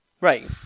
Right